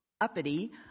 uppity